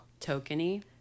tokeny